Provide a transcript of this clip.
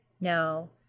No